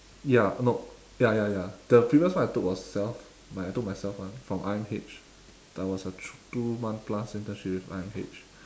ya no ya ya ya the previous one I took was self my I took myself [one] from I_M_H that was a t~ two month plus internship with I_M_H